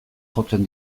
jotzen